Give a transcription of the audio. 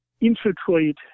infiltrate